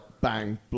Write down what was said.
bang